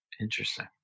Interesting